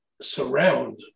surround